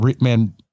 man